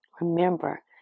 remember